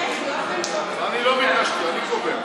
אני לא ביקשתי, אני קובע.